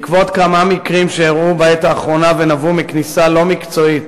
בעקבות כמה מקרים שאירעו בעת האחרונה ונבעו מכניסה לא מקצועית,